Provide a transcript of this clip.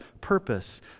purpose